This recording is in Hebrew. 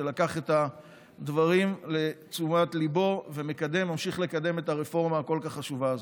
שלקח את הדברים לתשומת ליבו וממשיך לקדם את הרפורמה הכל-כך חשובה הזאת.